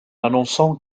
annonçant